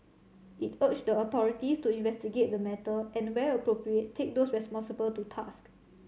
it urged the authorities to investigate the matter and where appropriate take those responsible to task